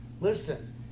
Listen